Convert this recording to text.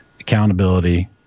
accountability